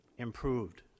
improved